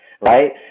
Right